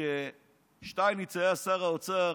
שכששטייניץ היה שר האוצר